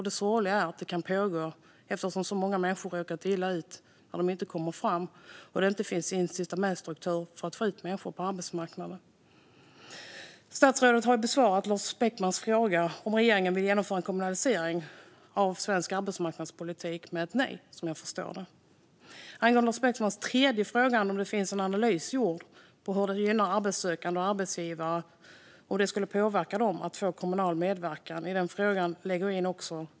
Det sorgliga är att så många människor råkar illa ut när de inte kommer fram. Detta kan pågå eftersom det inte finns incitamentsstrukturer för att få ut människor på arbetsmarknaden. Statsrådet har besvarat Lars Beckmans fråga om regeringen vill genomföra en kommunalisering av svensk arbetsmarknadspolitik med ett nej, som jag förstår det. Lars Beckmans tredje fråga i interpellationen var om det gjorts en analys av hur en kommunalisering skulle gynna arbetssökande och arbetsgivare. Skulle kommunal medverkan påverka dem?